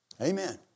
Amen